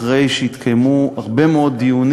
אחרי שהתקיימו הרבה מאוד דיונים